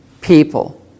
people